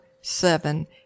seven